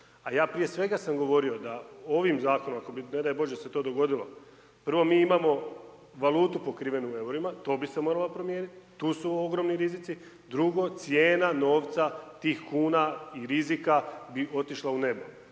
a ja prije svega sam govorio da ovim zakonom ako bi ne daj boće se to dogodilo, prvo mi imamo valutu pokrivenu eurima, to bi se moralo promijeniti, tu su ogromni rizici, drugo, cijena novca tih kuna i rizika bi otišla u nebo